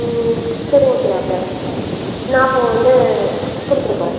சரி okay doctor நான் அப்போது வந்து கொடுத்துட்டு போகிறேன்